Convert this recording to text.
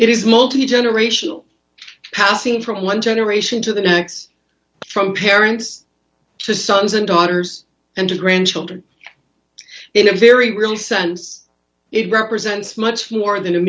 it is not a generational passing from one generation to the next from parents to sons and daughters and grandchildren in a very real sense it represents much more than a